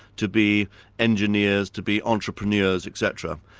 to be engineers, to be entrepreneurs etc.